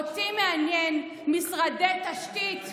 אותי מעניינים משרדי תשתית.